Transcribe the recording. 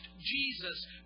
Jesus